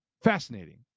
Fascinating